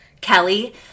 Kelly